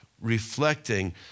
reflecting